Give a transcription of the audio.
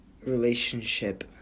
relationship